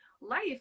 life